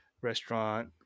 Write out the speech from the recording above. restaurant